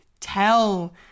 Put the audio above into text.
tell